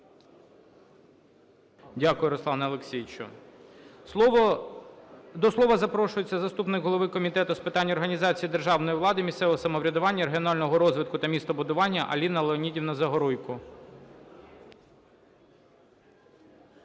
Дякую, Руслане Олексійовичу. До слова запрошується заступник голови Комітету з питань організації державної влади, місцевого самоврядування, регіонального розвитку та містобудування Аліна Леонідівна Загоруйко.